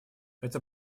это